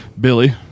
Billy